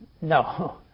No